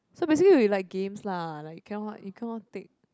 so basically we like games lah like cannot you cannot take